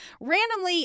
randomly